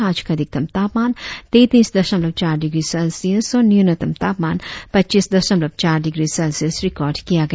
आज का अधिकतम तापमान तैंतीस दशमलव चार डिग्री सेल्सियस और न्यूनतम तापमान पच्चीस दशमलव चार डिग्री सेल्सियस रिकार्ड किया गया